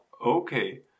okay